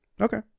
Okay